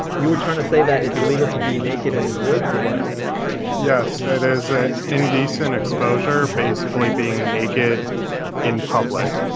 you were trying to say that it's illegal to be naked in his woods or what? s yes, that is an indecent exposure basically being naked in public.